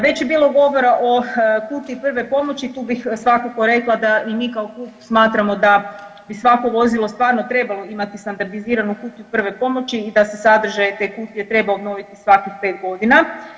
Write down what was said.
Već je bilo govora o kutiji prve pomoći, tu bih svakako rekla da i mi kao klub smatramo da bi svako vozilo stvarno trebalo imati standardiziranu kutiju prve pomoći i da se sadržaj te kutije treba obnoviti svakih 5 godina.